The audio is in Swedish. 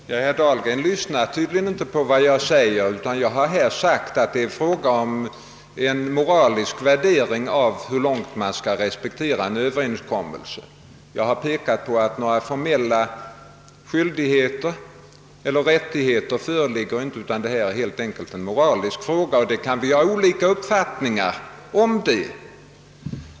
Herr talman! Herr Dahlgren lyssnar tydligen inte på vad jag säger. Jag har framhållit att det är fråga om en moralisk värdering av hur långt man skall respektera en överenskommelse. Jag har pekat på att några formella skyl digheter eller rättigheter inte föreligger, utan att det helt enkelt gäller en moralisk värdering som vi kan ha olika uppfattningar om.